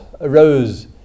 arose